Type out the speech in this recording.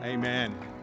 Amen